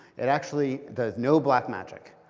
it actually does no black magic.